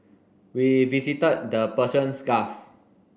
we visited the Persians Gulf